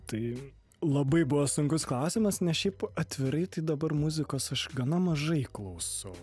tai labai buvo sunkus klausimas nes šiaip atvirai tai dabar muzikos aš gana mažai klausau